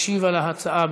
משיב על ההצעה,